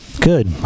Good